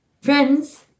Friends